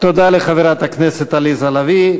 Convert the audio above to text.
תודה לחברת הכנסת עליזה לביא.